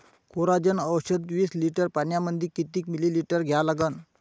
Coragen औषध विस litre पंपामंदी किती मिलीमिटर घ्या लागन?